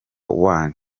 wanyu